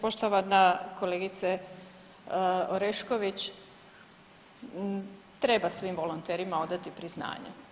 Poštovana kolegice Orešković, treba svim volonterima odati priznanje.